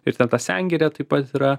ir ten ta sengirė taip pat yra